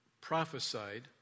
prophesied